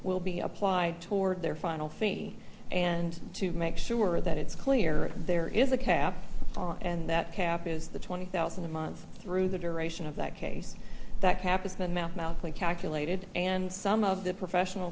will be applied toward their final fee and to make sure that it's clear there is a cap and that cap is the twenty thousand dollars a month through the duration of that case that cap is then mathematically calculated and some of the professional